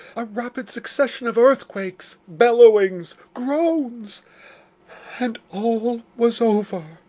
a rapid succession of earthquakes bellowings groans and all was over.